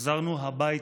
חזרנו הביתה,